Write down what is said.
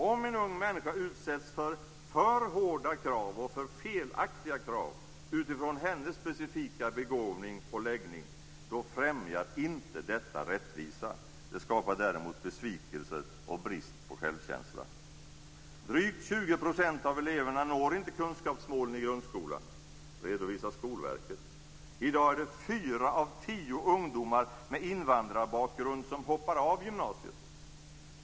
Om en ung människa utsätts för alltför hårda krav och alltför felaktiga krav utifrån hennes specifika begåvning och läggning främjar inte detta rättvisa. Det skapar däremot besvikelser och brist på självkänsla. Drygt 20 % av eleverna når inte kunskapsmålen i grundskolan, redovisar Skolverket. I dag är det fyra av tio ungdomar med invandrarbakgrund som hoppar av gymnasiet.